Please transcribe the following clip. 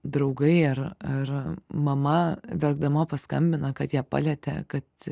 draugai ar ar mama verkdama paskambina kad ją palietė kad